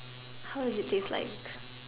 how is it taste like